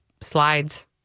slides